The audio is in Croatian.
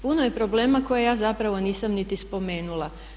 Puno je problema koje ja zapravo nisam niti spomenula.